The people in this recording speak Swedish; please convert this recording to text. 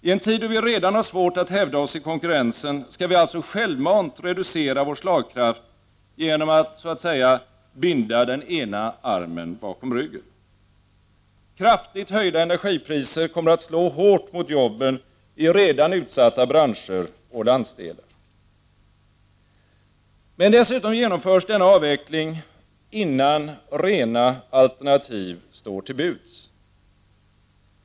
I en tid, då vi redan har svårt att hävda oss i konkurrensen, skall vi alltså självmant reducera vår slagkraft genom att så att säga binda den ena armen bakom ryggen. Kraftigt höjda energipriser kommer att slå hårt mot jobben i redan utsatta branscher och landsdelar. Dessutom genomförs denna avveckling innan rena alternativ står till buds.